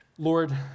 Lord